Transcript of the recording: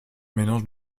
mélange